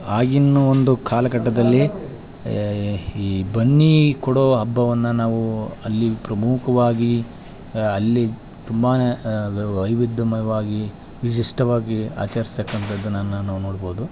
ಆಗಿನ ಒಂದು ಕಾಲಘಟ್ಟದಲ್ಲಿ ಈ ಬನ್ನಿ ಕೊಡೋವ್ ಹಬ್ಬವನ್ನ ನಾವು ಅಲ್ಲಿ ಪ್ರಮುಖವಾಗಿ ಅಲ್ಲಿ ತುಂಬಾ ವೈವಿಧ್ಯವಯವಾಗಿ ವಿಶಿಷ್ಟವಾಗಿ ಆಚರ್ಸ್ತಕ್ಕಂಥದ್ದನ್ನು ನಾವು ನೋಡ್ಬೌದು